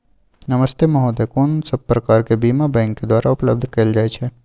नमस्ते महोदय, कोन सब प्रकार के बीमा बैंक के द्वारा उपलब्ध कैल जाए छै?